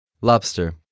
lobster